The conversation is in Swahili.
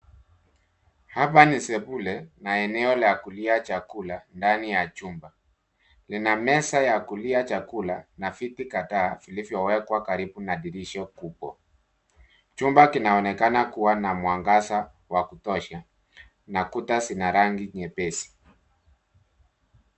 Hapa ni sebule na eneo la kulia chakula ndani ya chumba. Lina meza ya kulia chakula na viti kadhaa vilivyowekwa karibu na dirisha kubwa. Chumba kinaonekana kuwa na mwangaza wa kutosha na kuta zina rangi nyepesi.